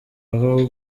aho